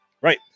Right